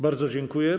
Bardzo dziękuję.